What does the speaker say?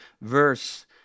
verse